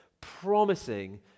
promising